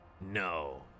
No